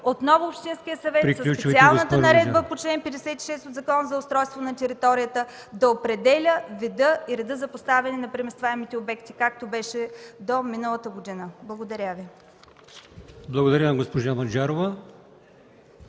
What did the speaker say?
отново общинският съвет със специалната Наредба по чл. 54 от Закона за устройство на територията да определя вида и реда за поставяне на преместваемите обекти, както беше до миналата година. Благодаря. ПРЕДСЕДАТЕЛ АЛИОСМАН ИМАМОВ: Благодаря на госпожа Маджарова.